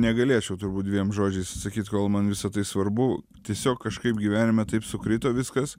negalėčiau turbūt dviem žodžiais išsakyti kodėl man visa tai svarbu tiesiog kažkaip gyvenime taip sukrito viskas